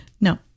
No